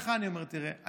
לך אני אומר: תראה,